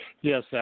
Yes